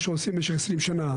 מה שעושים במשך 20 שנה.